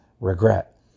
regret